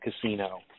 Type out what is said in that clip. casino